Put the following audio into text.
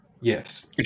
Yes